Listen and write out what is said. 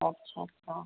अच्छा अच्छा